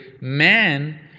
man